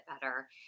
better